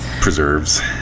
preserves